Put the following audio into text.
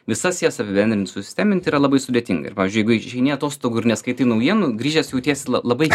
visas jas apibendrint susistemint yra labai sudėtinga ir pavyzdžiui jeigu išeini atostogų ir neskaitai naujienų grįžęs jautiesi labai